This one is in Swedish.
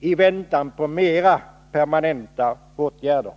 i väntan på mer permanenta åtgärder.